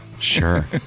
sure